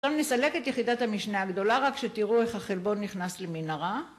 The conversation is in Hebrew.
‫אנחנו נסלק את יחידת המשנה הגדולה, ‫רק שתראו איך החלבון נכנס למנהרה.